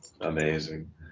Amazing